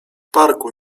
parku